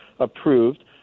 approved